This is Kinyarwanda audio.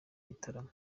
gitaramo